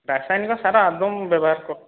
ରାସାୟନିକ ସାର ଆଦୌ ବ୍ୟବହାର କରୁନୁ